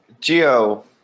Geo